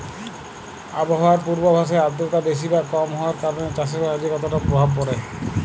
আবহাওয়ার পূর্বাভাসে আর্দ্রতা বেশি বা কম হওয়ার কারণে চাষের কাজে কতটা প্রভাব পড়ে?